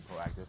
proactive